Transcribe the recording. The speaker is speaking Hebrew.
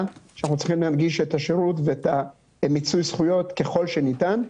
לפיה אנחנו צריכים להנגיש את השירות ואת מיצוי הזכויות ככל שניתן.